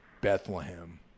bethlehem